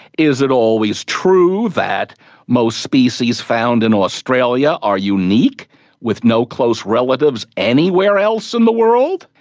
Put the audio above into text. is it always true that most species found in australia are unique with no close relatives anywhere else in the world?